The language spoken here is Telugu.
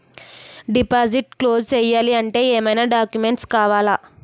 డిపాజిట్ క్లోజ్ చేయాలి అంటే ఏమైనా డాక్యుమెంట్స్ కావాలా?